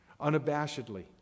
Unabashedly